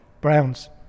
Browns